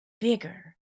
bigger